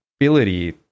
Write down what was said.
ability